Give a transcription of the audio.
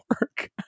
work